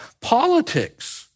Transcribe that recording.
politics